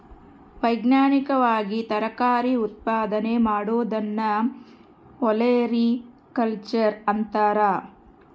ವೈಜ್ಞಾನಿಕವಾಗಿ ತರಕಾರಿ ಉತ್ಪಾದನೆ ಮಾಡೋದನ್ನ ಒಲೆರಿಕಲ್ಚರ್ ಅಂತಾರ